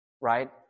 Right